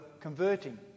converting